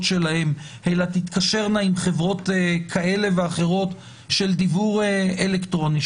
שלהן אלא תתקשרנה עם חברות כאלה ואחרות של דיוור אלקטרוני,